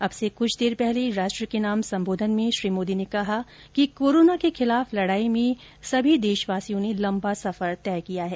अब से कुछ देर पहले राष्ट्र के नाम संबोधन में श्री मोदी ने कहा कि कोरोना के खिलाफ लड़ाई में सभी भारतवासियों ने लम्बा सफर तय किया है